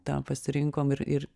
tą pasirinkom ir ir